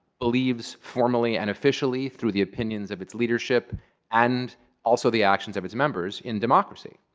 believes formally and officially, through the opinions of its leadership and also the actions of its members, in democracy.